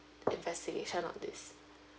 investigation on this